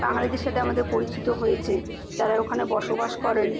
বাঙালিদের সাথে আমাদের পরিচিতি হয়েছে যারা ওখানে বসবাস করেন